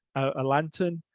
a lantern,